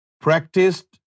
practiced